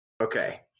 Okay